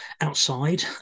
outside